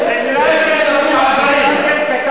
תחזיר את תעודת הזהות.